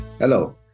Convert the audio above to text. Hello